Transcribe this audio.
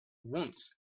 once